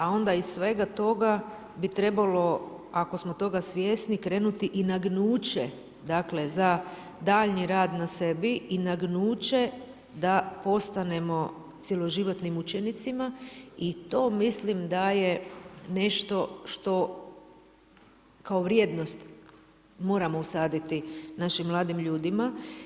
A onda iz svega toga bi trebalo ako smo toga svjesni krenuti i nagnuće za daljnji rad na sebi i nagnuće da postanemo cjeloživotnim učenicima i to mislim da je nešto što kao vrijednost moramo usaditi našim mladim ljudima.